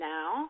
Now